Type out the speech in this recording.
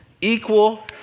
equal